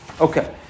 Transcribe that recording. Okay